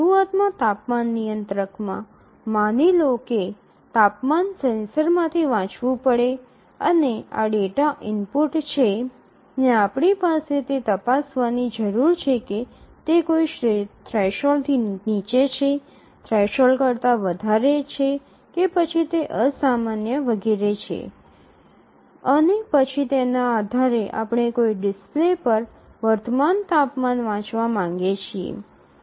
શરૂઆતમાં તાપમાન નિયંત્રકમાં માની લો કે તાપમાન સેન્સરમાંથી વાંચવું પડે અને આ ડેટા ઇનપુટ છે અને પછી આપણે તે તપાસવાની જરૂર છે કે તે કોઈ થ્રેશોલ્ડથી નીચે છે થ્રેશોલ્ડ કરતા વધારે છે કે પછી તે અસામાન્ય વગેરે છે અને પછી તેના આધારે આપણે કોઈ ડિસ્પ્લે પર વર્તમાન તાપમાન વાંચવા માંગીએ છીએ